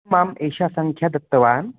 माम् एषा सङ्ख्यां दत्तवान्